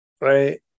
Right